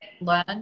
learn